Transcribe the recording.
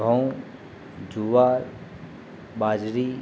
ઘઉં જુવાર બાજરી